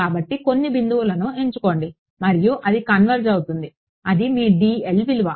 కాబట్టి కొన్ని బిందువులను ఎంచుకోండి మరియు అది కన్వెర్జ్ అవుతుంది అది మీ dl విలువ